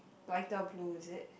lighter blue is it